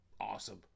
awesome